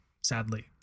sadly